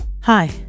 Hi